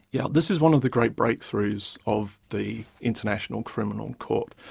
yes, this is one of the great breakthroughs of the international criminal court.